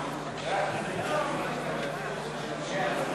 בל"ד לסעיף 12 לא נתקבלה.